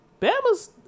Bama's